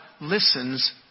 listens